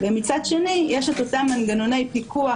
ומצד שני יש את אותם מנגנוני פיקוח,